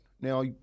Now